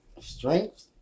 strength